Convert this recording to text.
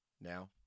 Now